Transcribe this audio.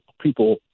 people